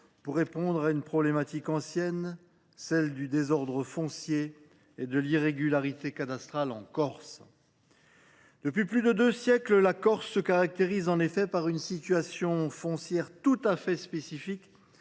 pour répondre à une problématique ancienne, celle du désordre foncier et de l’irrégularité cadastrale en Corse. Depuis plus de deux siècles, la Corse se caractérise en effet par une situation foncière tout à fait spécifique,